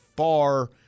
far